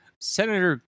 Senator